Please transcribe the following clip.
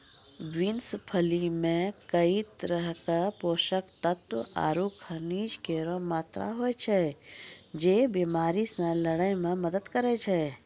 beans फली मे कई तरहो क पोषक तत्व आरु खनिज केरो मात्रा होय छै, जे बीमारी से लड़ै म मदद करै छै